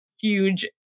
huge